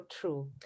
true